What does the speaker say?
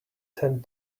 tend